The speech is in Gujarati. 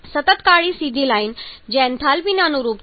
સતત કાળી સીધી લાઈન જે એન્થાલ્પીને અનુરૂપ છે